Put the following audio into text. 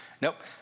Nope